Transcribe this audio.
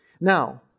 Now